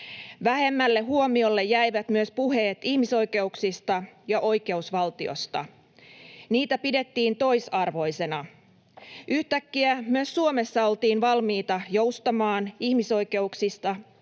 Vähemmälle huomiolle jäivät myös puheet ihmisoikeuksista ja oikeusvaltiosta; niitä pidettiin toisarvoisina. Yhtäkkiä myös Suomessa oltiin valmiita joustamaan ihmisoikeuksista